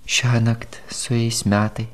šiąnakt sueis metai